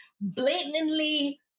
blatantly